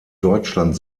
deutschland